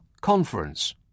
Conference